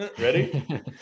ready